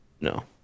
No